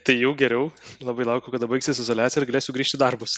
tai jau geriau labai laukiu kada baigsis izoliacija ir galėsiu grįžt į darbus